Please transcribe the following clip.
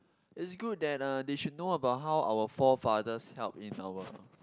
it's good that uh they should know about how our fore fathers help in our